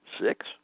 six